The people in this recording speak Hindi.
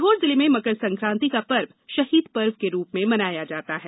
सीहोर जिले में मकर सकांति का पर्व शहीद पर्व के रूप में मनाया जाता है